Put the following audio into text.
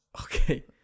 Okay